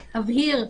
להבהיר: